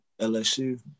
LSU